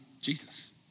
Jesus